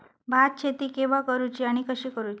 भात शेती केवा करूची आणि कशी करुची?